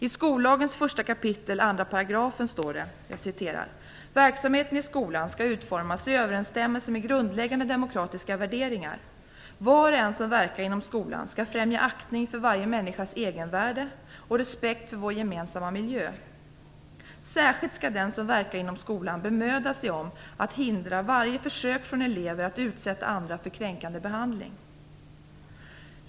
I skollagen 1 kap. 2 § står: "Verksamheten i skolan skall utformas i överensstämmelse med grundläggande demokratiska värderingar. Var och en som verkar inom skolan skall främja aktning för varje människas egenvärde och respekt för vår gemensamma miljö. Särskilt skall den som verkar inom skolan bemöda sig om att hindra varje försök från elever att utsätta andra för kränkande behandling".